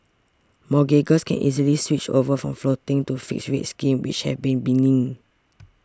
mortgagors can easily switch over from floating to fixed rate schemes which have been benign